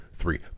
three